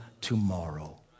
tomorrow